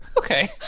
okay